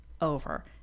over